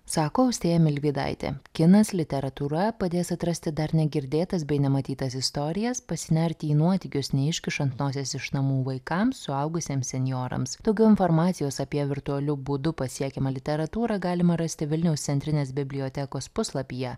sako austėja milvydaitė kinas literatūra padės atrasti dar negirdėtas bei nematytas istorijas pasinerti į nuotykius neiškišant nosies iš namų vaikams suaugusiems senjorams daugiau informacijos apie virtualiu būdu pasiekiamą literatūrą galima rasti vilniaus centrinės bibliotekos puslapyje